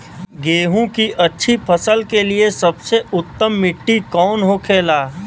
गेहूँ की अच्छी फसल के लिए सबसे उत्तम मिट्टी कौन होखे ला?